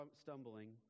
stumbling